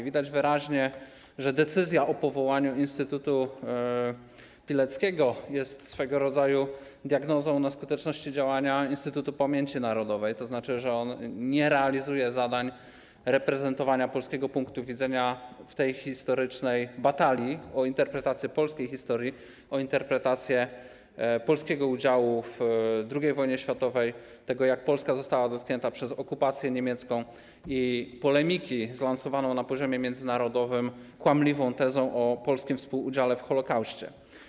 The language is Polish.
Widać wyraźnie, że decyzja o powołaniu Instytutu Pileckiego jest swego rodzaju diagnozą skuteczności działania Instytutu Pamięci Narodowej, tzn. że on nie realizuje zadań reprezentowania polskiego punktu widzenia w historycznej batalii o interpretację polskiej historii, o interpretację polskiego udziału w II wojnie światowej, tego, jak Polska została dotknięta przez okupację niemiecką, i polemiki z lansowaną na poziomie międzynarodowym kłamliwą tezą o polskim współudziale w Holokauście.